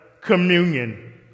communion